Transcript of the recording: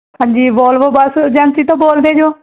ਹਾਂਜੀ Volvo bus agency ਤੋਂ ਬੋਲਦੇ ਹੋ